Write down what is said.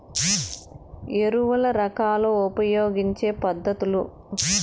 ఎరువుల రకాలు ఉపయోగించే పద్ధతులు?